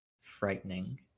frightening